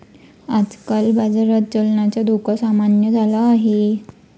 आजकाल बाजारात चलनाचा धोका सामान्य झाला आहे